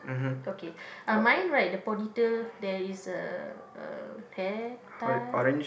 okay uh mine right the ponytail there is a a hair tie